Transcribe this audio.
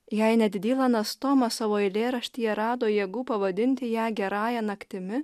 jei net dylanas tomas savo eilėraštyje rado jėgų pavadinti ją gerąja naktimi